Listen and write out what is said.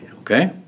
okay